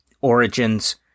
origins